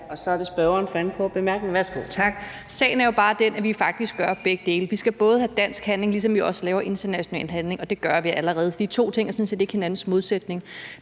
Værsgo. Kl. 10:16 Marianne Bigum (SF): Tak. Sagen er jo bare den, at vi faktisk gør begge dele. Vi skal både have dansk handling, ligesom vi også laver international handling, og det gør vi allerede. De to ting er sådan set ikke hinandens modsætning.